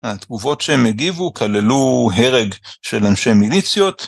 התגובות שהם הגיבו כללו הרג של אנשי מיליציות.